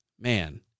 Man